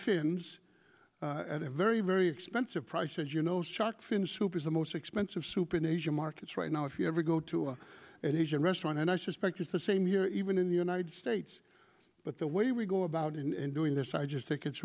fins at a very very expensive price said you know shark fin soup is the most expensive soup in asian markets right now if you ever go to a and asian restaurant and i suspect it's the same here even in the united states but the way we go about in doing this i just think it's